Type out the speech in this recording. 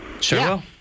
Sure